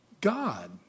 God